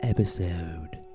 Episode